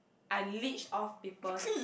I leech off people's